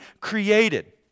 created